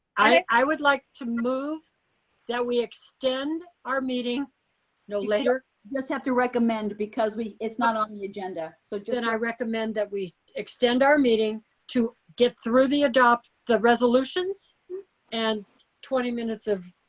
i would like to move that we extend our meeting no later you just have to recommend because we it's not on the agenda. so and i recommend that we extend our meeting to get through the adopt the resolutions and twenty minutes of